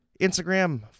Instagram